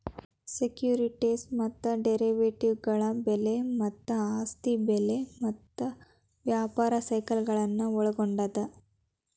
securities ಮತ್ತ ಡೆರಿವೇಟಿವ್ಗಳ ಬೆಲೆ ಮತ್ತ ಆಸ್ತಿ ಬೆಲೆ ಮತ್ತ ವ್ಯಾಪಾರ ಸೈಕಲ್ಗಳನ್ನ ಒಳ್ಗೊಂಡದ